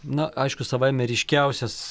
na aišku savaime ryškiausias